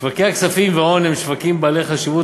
שוקי הכספים וההון הם שווקים בעלי חשיבות